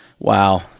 Wow